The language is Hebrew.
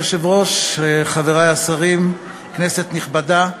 אדוני היושב-ראש, חברי השרים, כנסת נכבדה,